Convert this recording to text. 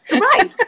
Right